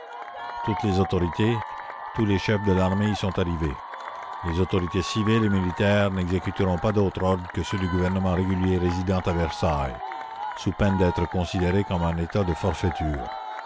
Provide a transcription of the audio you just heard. toutes les autorités tous les chefs de l'armée y sont arrivés les autorités civiles et militaires n'exécuteront pas d'autres ordres que ceux du gouvernement régulier résidant à versailles sous peine d'être considérés comme en état de forfaiture